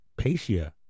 Patia